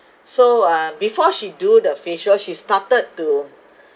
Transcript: so uh before she do the facial she's started to